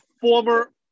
former